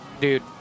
dude